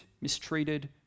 mistreated